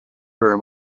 very